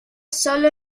sólo